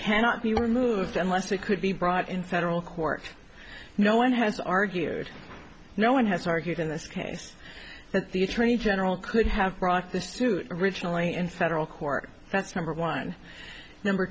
cannot be removed and lastly could be brought in federal court no one has argued no one has argued in this case that the attorney general could have brought this suit originally in federal court that's number one number